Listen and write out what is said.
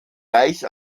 reich